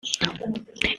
edge